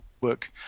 work